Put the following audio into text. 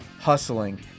hustling